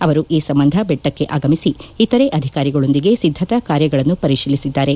ಅವರು ಈ ಸಂಬಂಧ ಬೆಟ್ಟಕ್ಕೆ ಆಗಮಿಸಿ ಇತರೆ ಅಧಿಕಾರಿಗಳೊಂದಿಗೆ ಸಿದ್ದತಾ ಕಾರ್ಯಗಳನ್ನು ಪರಿಶೀಲಿಸಿದ್ದಾರೆ